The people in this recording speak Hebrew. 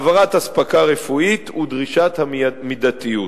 העברת אספקה רפואית ודרישת המידתיות".